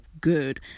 good